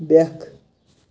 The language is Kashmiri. بیٛکھ